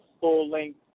full-length